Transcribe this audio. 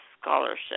scholarship